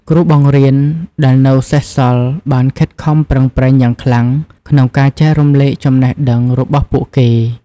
គ្រូបង្រៀនដែលនៅសេសសល់បានខិតខំប្រឹងប្រែងយ៉ាងខ្លាំងក្នុងការចែករំលែកចំណេះដឹងរបស់ពួកគេ។